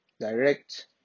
direct